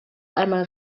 einmal